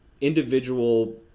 individual